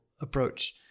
approach